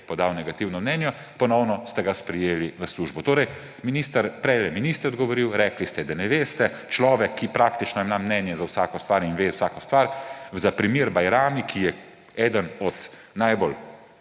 podal negativno mnenje, ponovno sprejeli v službo. Minister, prej mi niste odgovorili. Rekli ste, da ne veste. Človek, ki praktično ima mnenje za vsako stvar in ve vsako stvar, za primer Bajrami, ki je eden od najbolj